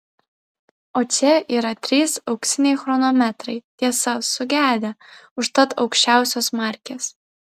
o čia yra trys auksiniai chronometrai tiesa sugedę užtat aukščiausios markės